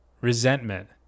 Resentment